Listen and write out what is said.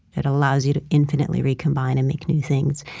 it allows you to infinitely recombine and make new things,